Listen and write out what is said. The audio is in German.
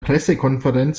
pressekonferenz